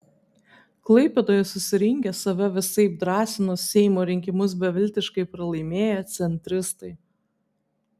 klaipėdoje susirinkę save visaip drąsino seimo rinkimus beviltiškai pralaimėję centristai